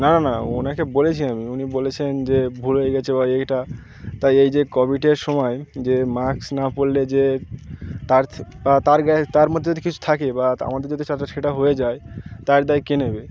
না না না ওনাকে বলেছি আমি উনি বলেছেন যে ভুল হয়ে গেছে বা এইটা তাই এই যে কোভিডের সময় যে মাস্ক না পড়লে যে তার বা তার গা তার মধ্যে যদি কিছু থাকে বা আমাদের যদি ছাড়া সেটা হয়ে যায় তার দায় কে নেবে